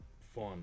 fun